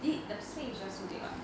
!ee! the suit is just so big [what]